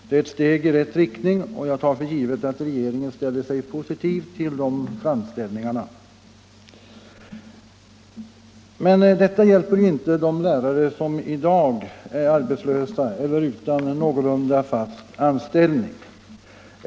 Det är ett steg i rätt riktning, och jag tar för givet att regeringen ställer sig positiv till de framställningarna. Detta hjälper emellertid inte de lärare som i dag är arbetslösa eller utan en någorlunda fast anställning.